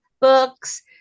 books